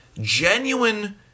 genuine